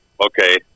okay